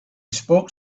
spoke